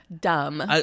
dumb